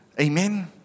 Amen